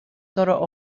toroq